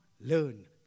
learn